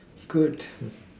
good